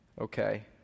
Okay